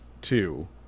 two